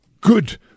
good